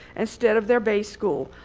instead of their base school,